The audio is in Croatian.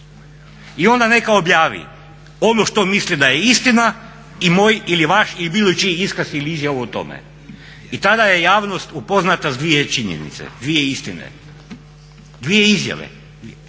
I onda neka objavi ono što misli da je istina i moj ili vaš ili bilo čiji iskaz ili izjavu o tome. I tada je javnost upoznata sa dvije činjenice, dvije istine, dvije izjave.